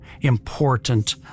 important